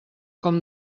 com